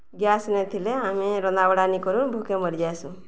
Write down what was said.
gas ନଥିଲେ ଆମେ ରନ୍ଧା ବଢ଼ା ନ କରୁ ଭୋକେ ମରିଯାସୁଁ